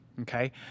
okay